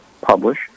publish